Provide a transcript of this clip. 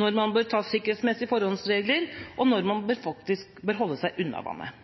når man bør ta sikkerhetsmessige forholdsregler, og når man faktisk bør holde seg unna vannet